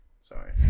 Sorry